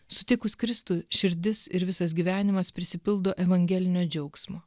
sutikus kristų širdis ir visas gyvenimas prisipildo evangelinio džiaugsmo